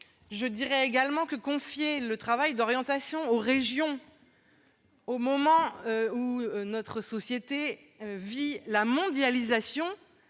républicaine. Confier le travail d'orientation aux régions, au moment où notre société vit la mondialisation,